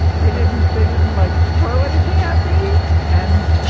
they didn't they didn't like throw anything at me and